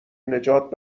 نجات